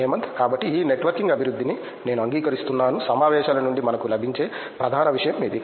హేమంత్ కాబట్టి ఈ నెట్వర్కింగ్ అభివృద్ధిని నేను అంగీకరిస్తున్నాను సమావేశాల నుండి మనకు లభించే ప్రధాన విషయం ఇది